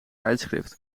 tijdschrift